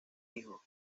hijo